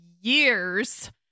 years